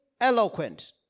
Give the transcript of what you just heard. eloquent